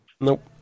Nope